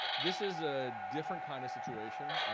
this is a different kind of situation.